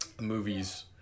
movies